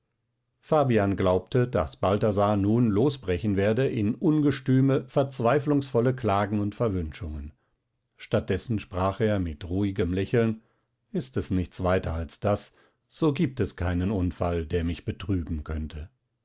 fabian glaubte daß balthasar nun losbrechen werde in ungestüme verzweiflungsvolle klagen und verwünschungen statt dessen sprach er mit ruhigem lächeln ist es nichts weiter als das so gibt es keinen unfall der mich betrüben könnte